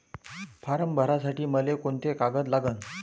Form भरासाठी मले कोंते कागद लागन?